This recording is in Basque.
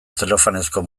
zelofanezko